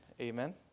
Amen